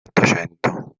ottocento